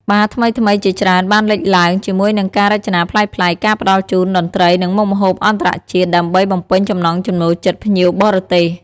បារថ្មីៗជាច្រើនបានលេចឡើង ជាមួយនឹងការរចនាប្លែកៗ ការផ្ដល់ជូន តន្ត្រី និងមុខម្ហូបអន្តរជាតិ ដើម្បីបំពេញចំណង់ចំណូលចិត្តភ្ញៀវបរទេស។